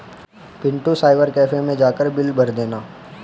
Pintu cyber cafe मैं जाकर bill भर देना